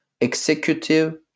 executive